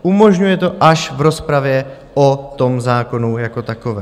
Umožňuje to až v rozpravě o tom zákonu jako takovém.